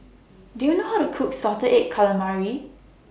Do YOU know How to Cook Salted Egg Calamari